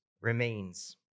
remains